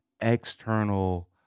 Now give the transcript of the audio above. external